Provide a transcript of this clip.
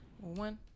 one